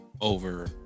Over